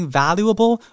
valuable